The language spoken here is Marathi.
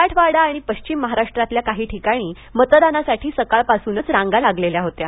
मराठवाडा आणि पश्चिम महाराष्ट्रातल्या काही ठिकाणी मतदानासाठी सकाळपासूनच रांगा लागलेल्या होत्या